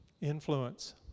Influence